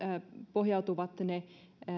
pohjautuvat ne ne